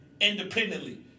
independently